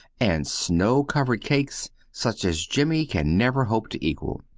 and snow-covered cakes such as jimmy can never hope to equal.